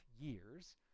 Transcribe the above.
years